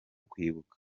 kwibuka